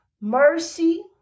mercy